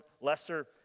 lesser